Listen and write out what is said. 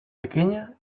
pequeña